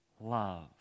love